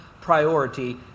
priority